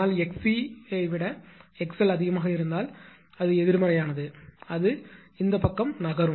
ஆனால் 𝑥𝑐 ஐ விட 𝑥l அதிகமாக இருந்தால் அது எதிர்மறையானது அது இந்தப் பக்கம் நகரும்